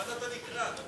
הבנת הנקרא.